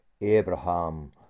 Abraham